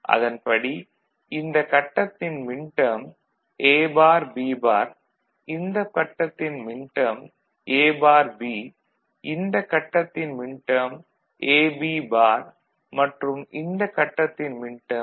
அதன்படி இந்தக் கட்டத்தின் minterm A bar B bar இந்தக் கட்டத்தின் மின்டேர்ம் A பார் B இந்தக் கட்டத்தின் மின்டேர்ம் A B பார் மற்றும் இந்தக் கட்டத்தின் மின்டேர்ம்